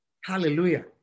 Hallelujah